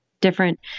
different